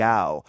Gao